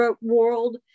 world